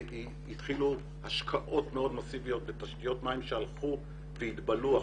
התחילו השקעות מאוד מסיביות בתשתיות מים שהלכו והתבלו,